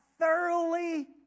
thoroughly